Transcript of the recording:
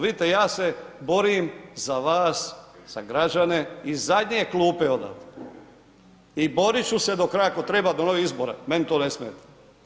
Vidite, ja se borim za vas, za građane iz zadnje klupe odavde i borit ću se do kraja ako treba, do novih izbora, meni to ne smeta.